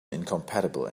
incompatible